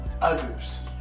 others